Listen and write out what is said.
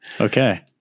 Okay